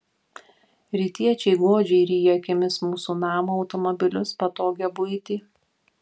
rytiečiai godžiai ryja akimis mūsų namą automobilius patogią buitį